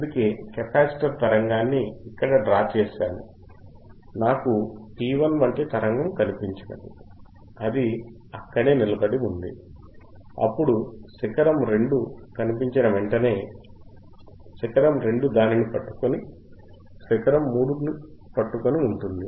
అందుకే కెపాసిటర్ తరంగాన్ని ఇక్కడ డ్రా చేసాను నాకు P1 వంటి తరంగము కనిపించినది అది అక్కడే నిలబడి ఉంది అప్పుడు శిఖరం 2 కనిపించిన వెంటనే శిఖరం 2 దానిని పట్టుకొని శిఖరం 3 పట్టుకొని ఉంటుంది